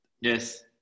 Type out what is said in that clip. yes